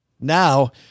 now